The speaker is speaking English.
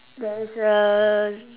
there is a